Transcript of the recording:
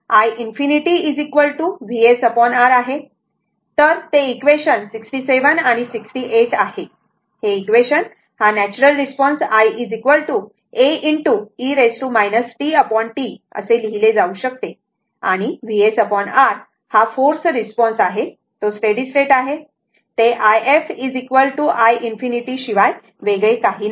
तर ते इक्वेशन 67 आणि 68 आहे हे इक्वेशन हा natural response i a e tT असे लिहिले जाऊ शकते आणि VsR हा फोर्स रिस्पॉन्स आहे तो स्टेडी स्टेट आहे ते i f iinfinity शिवाय वेगळे काही नाही